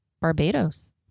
Barbados